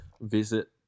visit